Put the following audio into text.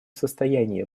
состоянии